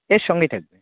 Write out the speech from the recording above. এর সঙ্গেই থাকবে